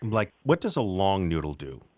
like what does a long noodle do?